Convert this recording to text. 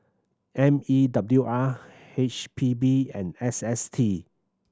M E W R H P B and S S T